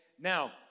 Now